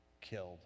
Killed